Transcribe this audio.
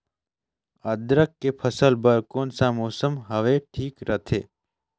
अदरक के फसल बार कोन सा मौसम हवे ठीक रथे?